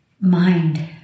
mind